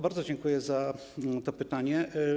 Bardzo dziękuję za to pytanie.